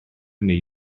wnei